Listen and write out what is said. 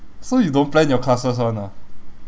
so you don't plan your classes [one] ah